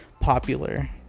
popular